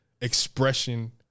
expression